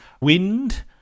wind